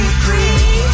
free